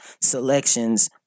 selections